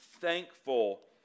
thankful